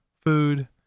food